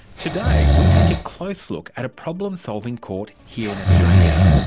today we take a close look at a problem-solving court here in australia,